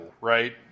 right